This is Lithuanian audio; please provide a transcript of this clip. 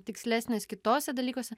tikslesnis kituose dalykuose